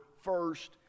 first